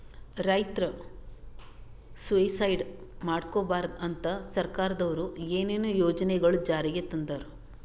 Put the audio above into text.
ರೈತರ್ ಸುಯಿಸೈಡ್ ಮಾಡ್ಕೋಬಾರ್ದ್ ಅಂತಾ ಸರ್ಕಾರದವ್ರು ಏನೇನೋ ಯೋಜನೆಗೊಳ್ ಜಾರಿಗೆ ತಂದಾರ್